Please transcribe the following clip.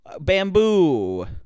Bamboo